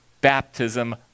baptism